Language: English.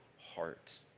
heart